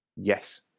Yes